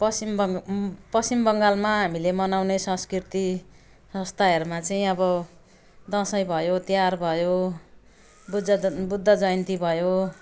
पश्चिम बङ्ग पश्चिम बङ्गालमा हामीले मनाउने संस्कृति संस्थाहरूमा चाहिँ अब दसैँ भयो तिहार भयो बुद्ध ज बुद्ध जयन्ती भयो